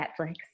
Netflix